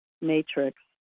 matrix